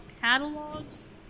catalogs